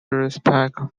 respect